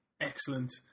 excellent